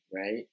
right